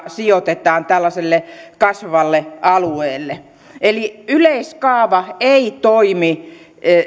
sijoitetaan tällaiselle kasvavalle alueelle eli yleiskaava ei toimi